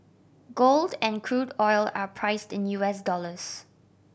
gold and crude oil are priced in U S dollars